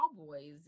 cowboys